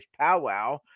powwow